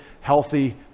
healthy